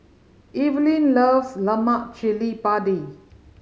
Evelin loves lemak cili padi